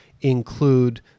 include